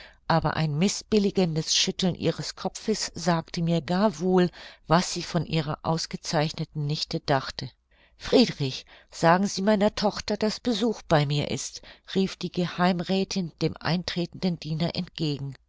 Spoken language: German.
aber ein mißbilligendes schütteln ihres kopfes sagte mir gar wohl was sie von ihrer ausgezeichneten nichte dachte friedrich sagen sie meiner tochter daß besuch bei mir ist rief die geheimräthin dem eintretenden diener entgegen